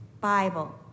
Bible